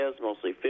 mostly